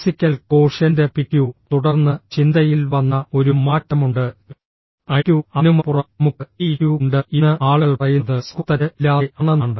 physical quotient PQ തുടർന്ന് ചിന്തയിൽ വന്ന ഒരു മാറ്റമുണ്ട് ഐക്യു അതിനുമപ്പുറം നമുക്ക് ഈ ഇക്യു ഉണ്ട് ഇന്ന് ആളുകൾ പറയുന്നത് സ്ക്വോത്തറ്റ് ഇല്ലാതെ ആണെന്നാണ്